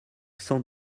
sans